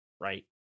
Right